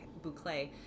boucle